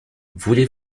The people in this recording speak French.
voulez